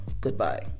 Goodbye